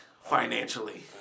financially